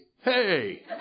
hey